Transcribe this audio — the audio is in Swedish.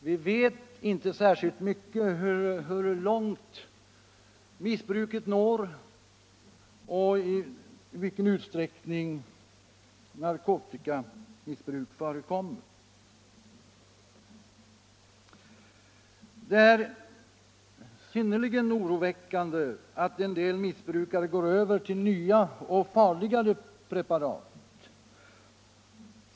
Vi vet inte särskilt mycket om hur långt missbruket når och i vilken utsträckning narkotikamissbruk förekommer. Det är synnerligen allvarligt att en del missbrukare går över till nya och farligare preparat.